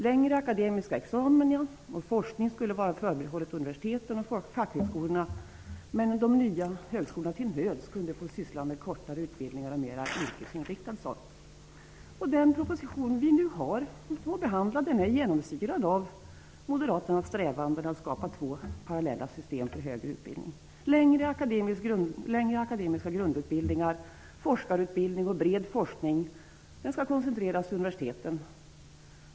Längre akademiska utbildningar och forskning skulle förbehållas universiteten och fackhögskolorna, medan de nya högskolorna till nöds kunde få syssla med kortare utbildningar och mera yrkesinriktad sådan. Den proposition vi nu behandlar är genomsyrad av Moderaternas strävanden att skapa två parallella system för högre utbildning. Längre akademiska grundutbildningar, forskarutbildning och bred forskning skall koncentreras till universiteten.